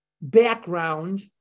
background